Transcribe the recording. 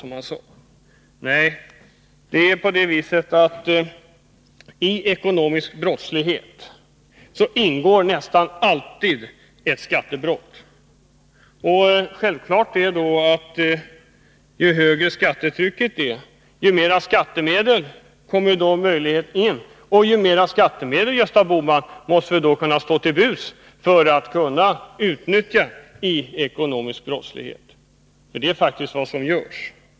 Nej, i stället är det så att den ekonomiska brottsligheten nästan alltid förekommer i samband med skattebrott. Ju högre skattetrycket är, desto mer av skattemedel kommer — möjligen —-in. Dessa skattemedel kan då självfallet, Gösta Bohman, utnyttjas för ekonomisk brottslighet. Det är faktiskt vad som sker.